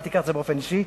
אל תיקח את זה באופן אישי.